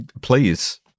please